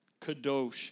Kadosh